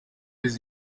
boys